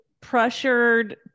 pressured